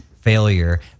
failure